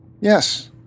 Yes